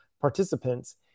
participants